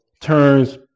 turns